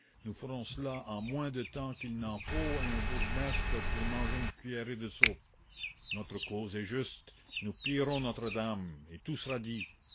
nous ferons cela en moins de temps qu'il n'en faut à un bourgmestre pour manger une cuillerée de soupe notre cause est juste nous pillerons notre-dame et tout sera dit